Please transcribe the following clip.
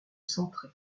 centré